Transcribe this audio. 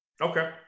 Okay